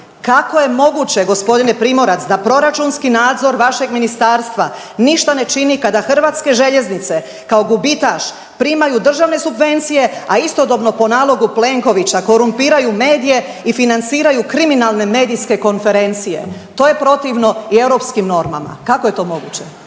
Kako je moguće g. Primorac da proračunski nadzor vašeg ministarstva ništa ne čini kada HŽ kao gubitaš primaju državne subvencije, a istodobno po nalogu Plenkovića korumpiraju medije i financiraju kriminalne medijske konferencije? To je protivno i europskim normama. Kako je to moguće?